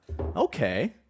Okay